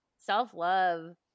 self-love